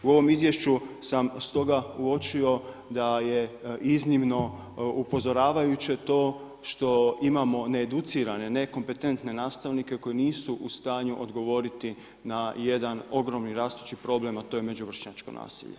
U ovom izvješću sam stoga uočio da je iznimno upozoravajuće to što imamo needucirane, nekompetentne nastavnike koji nisu u stanju odgovoriti, na jedan ogromni rastući problem, a to je među vršnjačko nasilje.